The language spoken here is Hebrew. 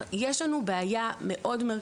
יש לנו גם בעיה נוספת,